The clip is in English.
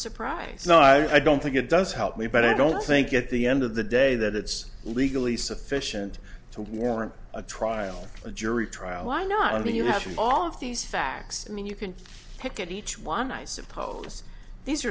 surprised no i don't think it does help me but i don't think at the end of the day that it's legally sufficient to warrant a trial a jury trial why not until you have all of these facts i mean you can pick at each one i suppose these